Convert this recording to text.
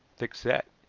thick-set,